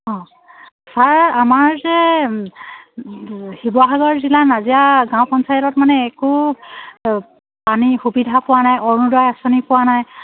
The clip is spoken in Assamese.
অঁ ছাৰ আমাৰ যে শিৱসাগৰ জিলা নাজিৰা গাঁও পঞ্চায়তত মানে একো পানী সুবিধা পোৱা নাই অৰুণোদয় আঁচনি পোৱা নাই